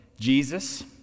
Jesus